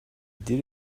did